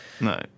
no